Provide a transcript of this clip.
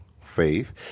faith